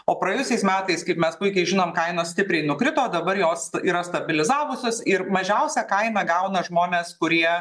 o praėjusiais metais kaip mes puikiai žinom kainos stipriai nukrito dabar jos yra stabilizavusios ir mažiausią kainą gauna žmonės kurie